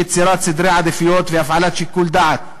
יצירת סדרי עדיפויות והפעלת שיקול דעת.